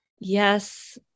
Yes